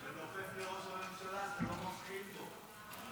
הוא נופף לראש הממשלה, שלא מבחין בו.